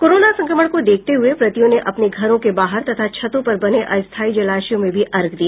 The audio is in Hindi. कोरोना संक्रमण को देखते हुये व्रतियों ने अपने घरों के बाहर तथा छतों पर बने अस्थायी जलाशयों में भी अर्घ्य दिया